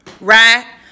Right